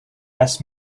asked